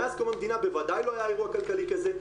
מאז קום המדינה בוודאי לא היה אירוע כלכלי כזה.